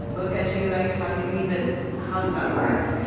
look at you like, how do you even how does that work?